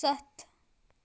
ستھ